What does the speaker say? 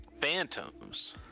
phantoms